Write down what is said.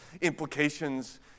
implications